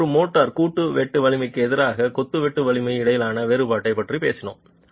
கொத்து ஒரு மோட்டார் கூட்டு வெட்டு வலிமைக்கு எதிராக கொத்து வெட்டு வலிமைக்கு இடையிலான வேறுபாட்டைப் பற்றி பேசினோம்